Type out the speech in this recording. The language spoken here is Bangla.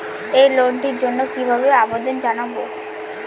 এই লোনটির জন্য কিভাবে আবেদন জানাবো?